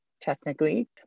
technically